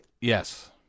Yes